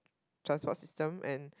transport system and